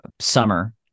summer